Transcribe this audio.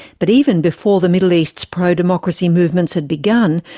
but even before the middle east's pro-democracy movements had begun,